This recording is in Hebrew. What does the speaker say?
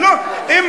אין